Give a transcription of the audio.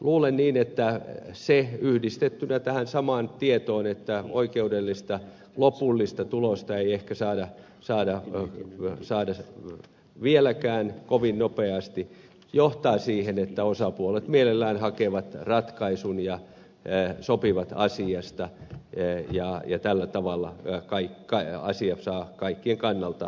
luulen niin että se yhdistettynä tähän samaan tietoon että oikeudellista lopullista tulosta ei ehkä saada vieläkään kovin nopeasti johtaa siihen että osapuolet mielellään hakevat ratkaisun ja sopivat asiasta ja tällä tavalla asia saa kaikkien kannalta hyvän lopputuloksen